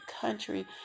country